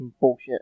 bullshit